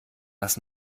das